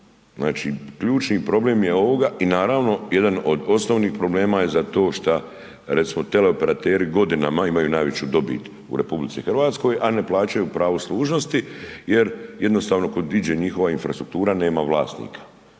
Znači, ključni problem je ovoga i naravno, jedan od osnovnih problema je za to šta recimo, teleoperateri godinama imaju najveći dobit u RH, a ne plaćaju pravo služnosti jer jednostavno, kud ide njihova infrastruktura, nema vlasnika.